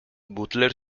butler